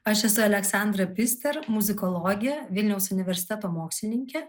aš esu aleksandra pister muzikologė vilniaus universiteto mokslininkė